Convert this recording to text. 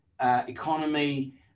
economy